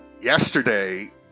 yesterday